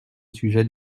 sujet